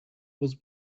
was